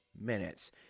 minutes